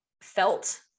felt